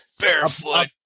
barefoot